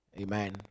Amen